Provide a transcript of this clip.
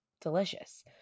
delicious